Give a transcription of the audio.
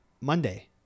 Monday